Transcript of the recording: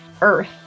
Earth